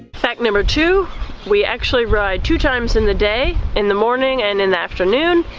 fact number two we actually ride two times in the day, in the morning and in the afternoon,